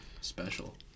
special